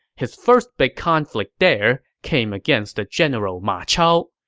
his first big conflict there came against the general ma chao.